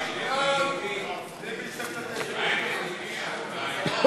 חוק